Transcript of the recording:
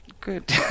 Good